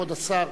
כבוד השר,